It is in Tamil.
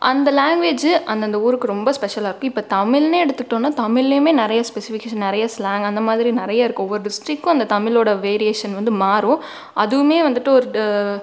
அந்த லேங்குவேஜு அந்தந்த ஊருக்கு ரொம்ப ஸ்பெசலாக இருக்கு இப்போ தமிழ்னே எடுத்துகிட்டோனா தமிழ்லையுமே நிறைய ஸ்பெசிஃபிகேசன்ஸ் நிறைய ஸ்லாங் அந்த மாதிரி நிறைய இருக்கு ஒவ்வொரு டிஸ்ட்ரிக்கும் அந்த தமிழோட வேரியேசன் வந்து மாறும் அதுவுமே வந்துவிட்டு ஒரு